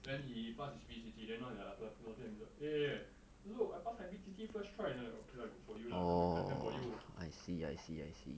then he pass his B_T_T then now he like okay lor eh look I pass my B_T_T first try then I'm like okay lah good for you come I clap hand for you